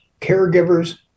caregivers